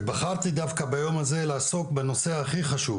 בחרתי דווקא ביום הזה לעסוק בנושא הכי חשוב